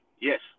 Yes